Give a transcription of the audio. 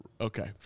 Okay